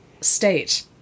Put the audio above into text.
state